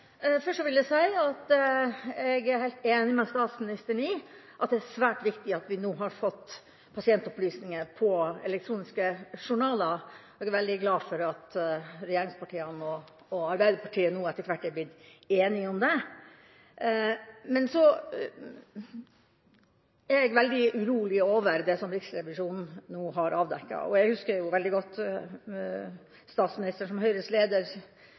helt enig med statsministeren i at det er svært viktig at vi nå har fått pasientopplysninger i elektroniske journaler. Jeg er veldig glad for at regjeringspartiene og Arbeiderpartiet etter hvert er blitt enige om det. Så er jeg veldig urolig over det som Riksrevisjonen nå har avdekket. Jeg husker veldig godt at statsministeren, da som Høyres leder,